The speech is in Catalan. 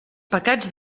pecats